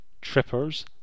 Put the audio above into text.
Tripper's